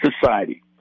society